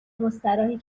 مستراحی